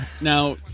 Now